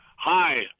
Hi